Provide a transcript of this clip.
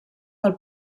del